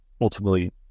ultimately